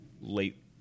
late